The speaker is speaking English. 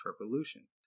Revolution